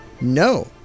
no